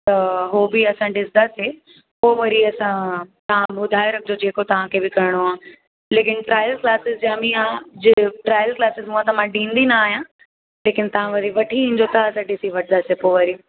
त हो बि असां ॾिसंदासीं पोइ वरी असां तव्हां ॿुधाए रखिजो जेको तव्हां बि करिणो आहे लेकिन ट्रायल क्लासिस जा बि आहे जे ट्रायल क्लासिस हुअं त मां ॾींदी न आहियां लेकिन तव्हां वरी वठी ईंजो त असां ॾिसी वठंदासीं पोइ वरी